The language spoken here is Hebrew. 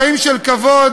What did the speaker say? חיים של כבוד,